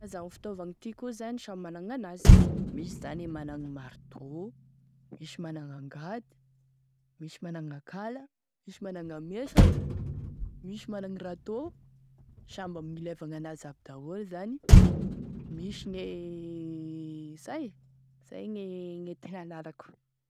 Karazany gne fitaovagny ty koa zany samy managny gn'anazy: misy zany e managny marteau, misy managny angady, misy managny akala, misy managny a mesa, misy managny râteau, samby managny e ilaivagny an'azy aby daoly zany, misy gne zay e, zay gne tena lalako.